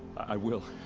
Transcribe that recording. i will.